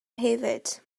hefyd